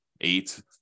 eight